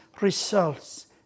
results